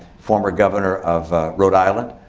former governor of rhode island,